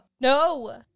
No